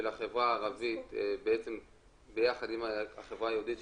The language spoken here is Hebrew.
החברה הערבית ביחד עם החברה היהודית,